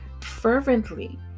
fervently